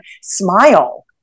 smile